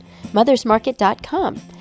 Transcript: mothersmarket.com